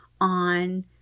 on